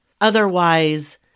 Otherwise